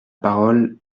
parole